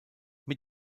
mit